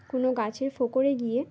কোনো গাছের ফোকরে গিয়ে